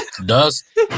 Dust